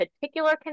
particular